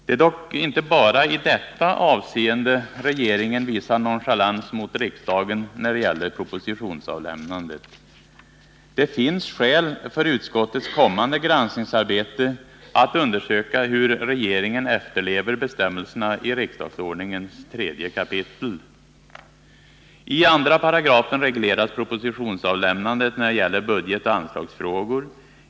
Det är dock inte bara i detta avseende regeringen visar nonchalans mot riksdagen när det gäller propositionsavlämnandet. Det finns skäl för utskottet att vid kommande granskningsarbete undersöka hur regeringen efterlever bestämmelserna i riksdagsordningen 3 kap. I 2 § regleras propositionsavlämnandet när det gäller budgetoch anslagsfrågor.